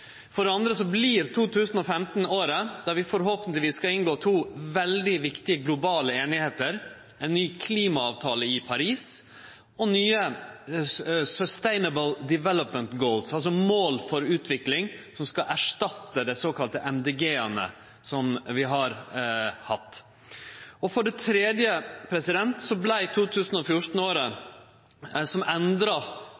For det andre vert 2015 det året vi forhåpentlegvis skal inngå to veldig viktige globale einigheiter: ein ny klimaavtale i Paris og nye «Sustainable Development Goals», mål for utvikling som skal erstatte dei såkalla MDG-ane, «Millennium Development Goals», som vi har hatt. For det tredje vart 2014 året